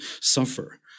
suffer